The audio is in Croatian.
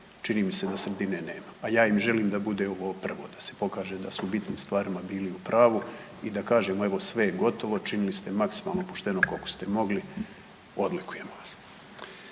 čini mi se da sredine nema, a ja im želim da bude ovo prvo da su pokaže da su u bitnim stvarima bili u pravu i da kažemo evo sve je gotovo, činili ste maksimalno pošteno koliko ste mogli odlikujemo vas.